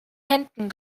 händen